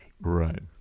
Right